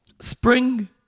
spring